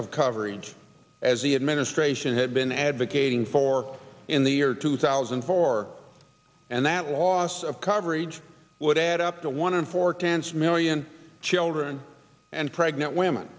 of coverage as the administration had been advocating for in the year two thousand and four and that loss of coverage would add up to one in four tenths million children and pregnant women